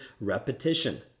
repetition